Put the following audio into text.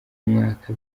mwaka